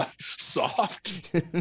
Soft